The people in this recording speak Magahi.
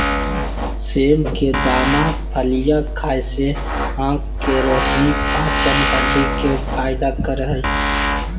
सेम के दाना फलियां खाय से आँख के रोशनी, पाचन, हड्डी के फायदा करे हइ